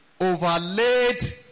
Overlaid